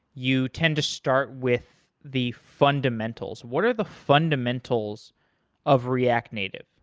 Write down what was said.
you tend to start with the fundamentals. what are the fundamentals of react native?